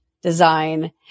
design